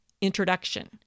introduction